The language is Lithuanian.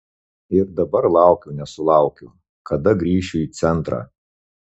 ir dabar laukiu nesulaukiu kada grįšiu į centrą